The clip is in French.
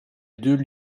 deux